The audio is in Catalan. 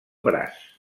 braç